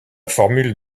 formule